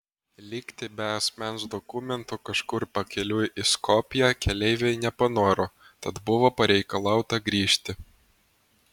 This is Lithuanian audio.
likti be asmens dokumentų kažkur pakeliui į skopję keleiviai nepanoro tad buvo pareikalauta grįžti